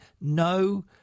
no